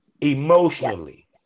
emotionally